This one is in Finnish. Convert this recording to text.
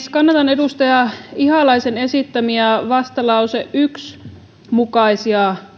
kannatan edustaja ihalaisen esittämiä vastalauseen yksi mukaisia